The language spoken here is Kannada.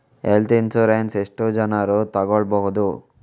ಹೆಲ್ತ್ ಇನ್ಸೂರೆನ್ಸ್ ಎಷ್ಟು ಜನರನ್ನು ತಗೊಳ್ಬಹುದು?